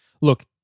look